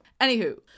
anywho